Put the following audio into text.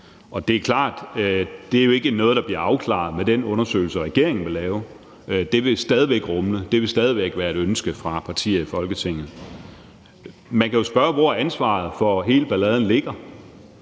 Det er klart, at det ikke er noget, der bliver afklaret med den undersøgelse, regeringen vil lave. Det vil stadig væk rumle og stadig væk være et ønske fra partier i Folketinget. Man kan jo spørge, hvor ansvaret for hele balladen ligger.